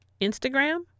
Instagram